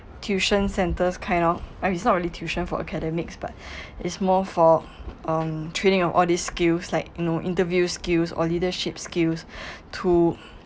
tuition centers kind of it's not really tuition for academics but is more for um treating of all these skills like you know interview skills or leadership skills to